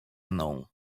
mną